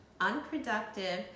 unproductive